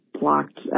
blocked